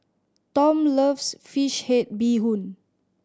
Tom loves fish head bee hoon